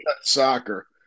soccer